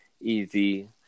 easy